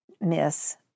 miss